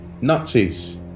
Nazis